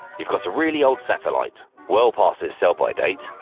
you've got a really old satellite, well past its sell by date,